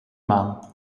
maan